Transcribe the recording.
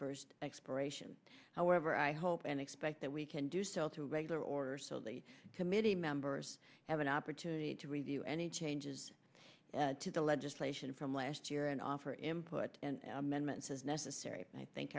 first expiration however i hope and expect that we can do so through regular order so the committee members have an opportunity to review any changes to the legislation from last year and offer him put amendments as necessary and i thank